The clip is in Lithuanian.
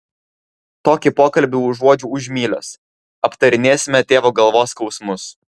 tokį pokalbį užuodžiu už mylios aptarinėsime tėvo galvos skausmus